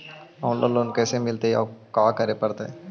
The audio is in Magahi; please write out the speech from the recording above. औनलाइन लोन कैसे मिलतै औ का करे पड़तै?